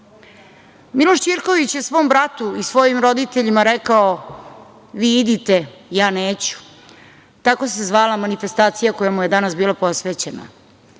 Ćirković je svom bratu i svojim roditeljima rekao – vi idete, ja neću. Tako se zvala manifestacija koja mu je danas bila posvećena.